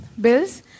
bills